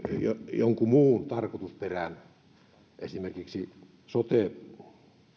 johonkin muuhun tarkoitusperään esimerkiksi sote